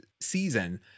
season—